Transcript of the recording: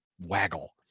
waggle